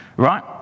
Right